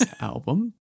album